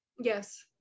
yes